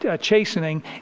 chastening